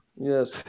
Yes